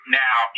now